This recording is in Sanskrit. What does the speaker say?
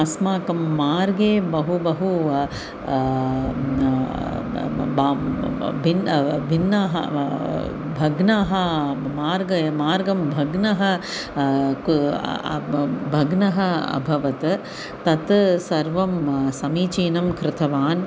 अस्माकं मार्गे बहु बहु भिन्नभिन्नः भग्नः मार्गः मार्गं भग्नं कु ब भग्नम् अभवत् तत् सर्वं समीचीनं कृतवान्